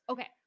Okay